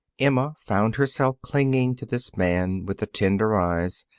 emma found herself clinging to this man with the tender eyes,